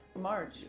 March